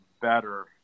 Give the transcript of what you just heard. better